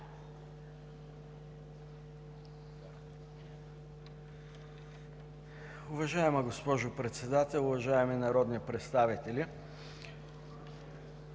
Уважаема госпожо Председател, уважаеми народни представители!